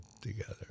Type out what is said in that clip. together